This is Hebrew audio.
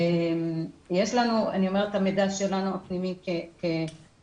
יש לנו את המידע שלנו הפנימי כמערכת,